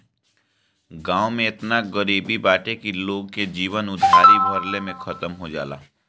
गांव में एतना गरीबी बाटे की लोग के जीवन उधारी भरले में खतम हो जाला